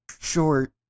short